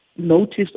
notice